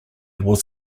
was